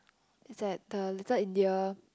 it's at the Little India